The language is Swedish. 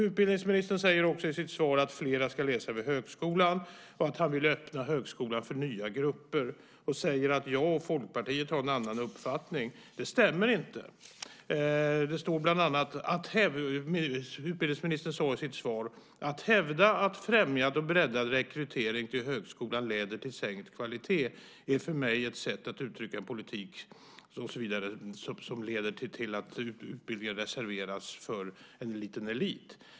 Utbildningsministern säger också i sitt svar att flera ska läsa vid högskolan och att han vill öppna högskolan för nya grupper. Han säger att jag och Folkpartiet har en annan uppfattning. Det stämmer inte. Utbildningsministern sade i sitt svar: Att hävda att främjad och breddad rekrytering till högskolan leder till sänkt kvalitet är för mig ett sätt att uttrycka en politik som leder till att utbildningen reserveras för en liten elit.